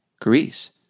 Greece